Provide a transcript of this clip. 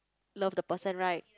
love the person right